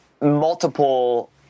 multiple